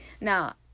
Now